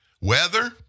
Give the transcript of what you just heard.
Weather